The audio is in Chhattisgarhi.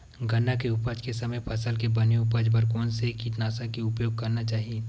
गन्ना के उपज के समय फसल के बने उपज बर कोन से कीटनाशक के उपयोग करना चाहि?